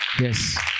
yes